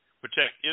protect